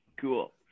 Cool